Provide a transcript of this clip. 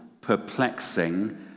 perplexing